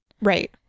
Right